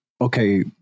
okay